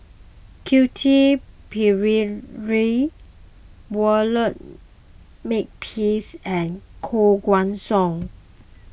Quentin Pereira Walter Makepeace and Koh Guan Song